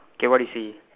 okay what you see